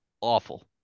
awful